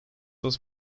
was